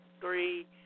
Three